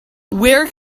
where